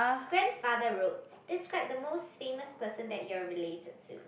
grandfather road describe the most famous person that you are related to